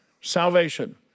salvation